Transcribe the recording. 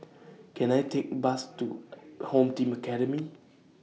Can I Take Bus to Home Team Academy